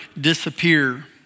disappear